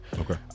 okay